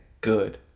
Good